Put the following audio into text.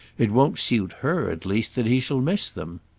it won't suit her at least that he shall miss them.